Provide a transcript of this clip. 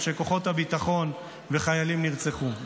אנשי כוחות הביטחון וחיילים נרצחו.